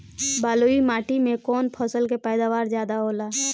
बालुई माटी में कौन फसल के पैदावार ज्यादा होला?